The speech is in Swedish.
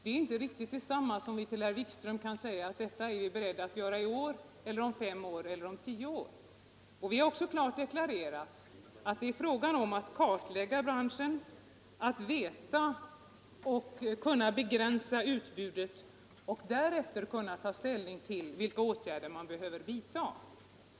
Det är inte riktigt detsamma som att kunna säga till herr Wikström att detta är vi beredda att göra i år, om fem år eller om tio år. Vi har också klart deklarerat att det är fråga om en kartläggning av branschen, att känna till och kunna begränsa utbudet och att därefter kunna ta ställning till vilka åtgärder man behöver vidta.